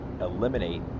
eliminate